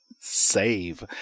save